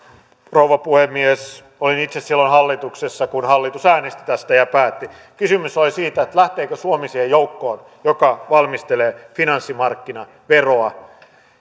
rouva puhemies olin itse silloin hallituksessa kun hallitus äänesti tästä ja päätti kysymys oli siitä lähteekö suomi siihen joukkoon joka valmistelee finanssimarkkinaveroa